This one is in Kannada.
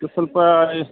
ಈಗ ಸ್ವಲ್ಪಾ ಎ